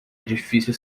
edifício